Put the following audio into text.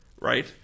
right